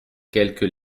quelques